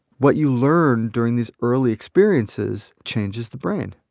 what you learn during these early experiences changes the brain,